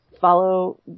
follow